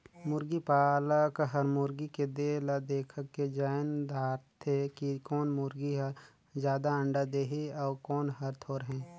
मुरगी पालक हर मुरगी के देह ल देखके जायन दारथे कि कोन मुरगी हर जादा अंडा देहि अउ कोन हर थोरहें